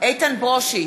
איתן ברושי,